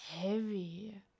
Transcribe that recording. Heavy